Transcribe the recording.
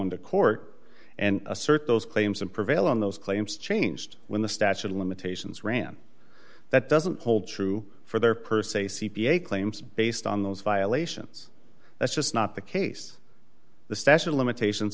into court and assert those claims and prevail on those claims changed when the statute of limitations ran that doesn't hold true for their per se c p a claims based on those violations that's just not the case the statute of limitations